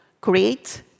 create